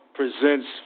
presents